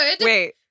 Wait